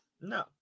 No